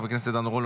חבר הכנסת עידן רול,